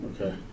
Okay